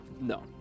No